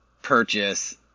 purchase